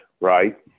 right